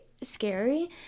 scary